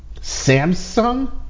Samsung